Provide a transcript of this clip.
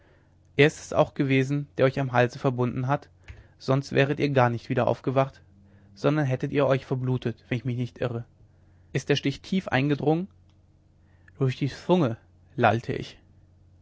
er ist es auch gewesen der euch am halse verbunden hat sonst wäret ihr gar nicht wieder aufgewacht sondern hättet ihr euch verblutet wenn ich mich nicht irre ist der stich tief eingedrungen durch die zunge lallte ich